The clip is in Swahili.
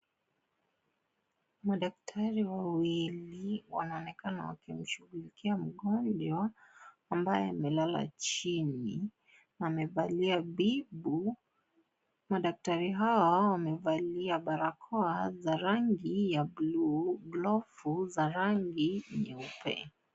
Madktari wawili wanaonekana wakimshughulikia mgonjwa ambaye amelala chini amevalia bibu , madktari hao wamevalia barakoa za rangi ya bluu glavu za rangi nyeupe.